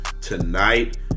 tonight